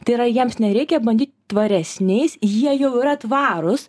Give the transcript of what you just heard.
tai yra jiems nereikia bandyt tvaresniais jie jau yra tvarūs